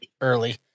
early